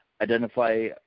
identify